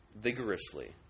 vigorously